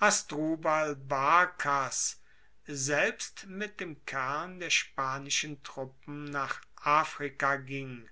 hasdrubal barkas selbst mit dem kern der spanischen truppen nach afrika ging